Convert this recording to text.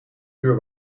uur